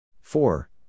four